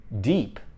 deep